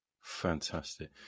Fantastic